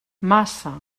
massa